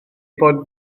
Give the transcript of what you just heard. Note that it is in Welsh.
bod